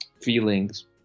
feelings